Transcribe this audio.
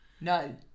No